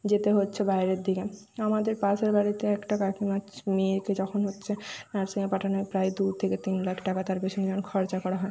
যেতে হচ্ছে বাইরের দিকে আমাদের পাশের বাড়িতে একটা কাকিমা মেয়ে তো যখন হচ্ছে নার্সিংয়ে পাঠানোর প্রায় দু থেকে তিন লাখ টাকা তার পেছনে যখন খরচা করা হয়